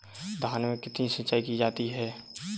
धान में कितनी सिंचाई की जाती है?